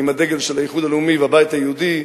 עם הדגל של האיחוד הלאומי והבית היהודי,